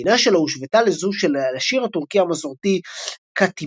המנגינה שלו הושוותה לזו של השיר הטורקי המסורתי "Kâtibim",